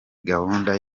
gahunda